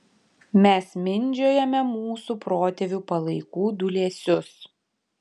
mes mindžiojame mūsų protėvių palaikų dūlėsius